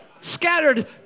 Scattered